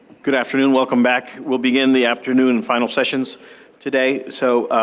good afternoon. welcome back. we'll begin the afternoon final sessions today. so,